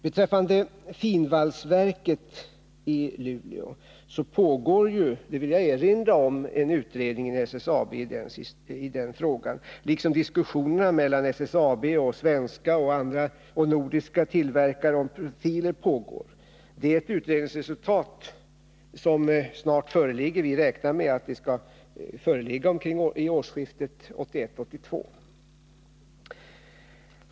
Beträffande finvalsverket i Luleå vill jag erinra om att det pågår en utredning inom SSAB i den frågan, liksom att diskussionerna mellan SSAB och svenska och nordiska tillverkare om profiler pågår. Det är ett utredningsresultat som snart föreligger — vi räknar med att det skall komma omkring årsskiftet 1981-1982.